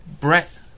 Brett